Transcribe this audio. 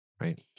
Right